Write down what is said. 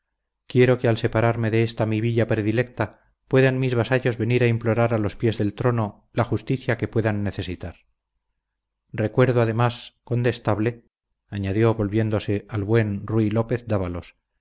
quiero que al separarme de esta mi villa predilecta puedan mis vasallos venir a implorar a los pies del trono la justicia que puedan necesitar recuerdo además condestable añadió volviéndose al buen ruy lópez dávalos